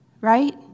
right